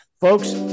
folks